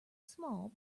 small